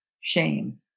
shame